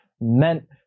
meant